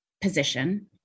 position